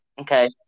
Okay